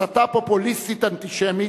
הסתה פופוליסטית אנטישמית,